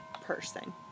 person